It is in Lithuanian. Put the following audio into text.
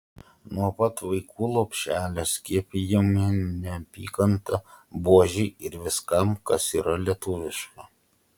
nuo pat vaikų lopšelio skiepijama neapykanta buožei ir viskam kas yra lietuviška